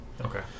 Okay